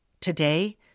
Today